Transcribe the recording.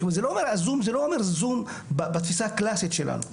הזום זה לא אומר זום בתפיסה הקלאסית שלנו.